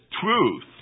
truth